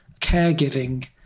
caregiving